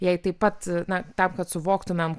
jei taip pat na tam kad suvoktume